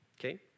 Okay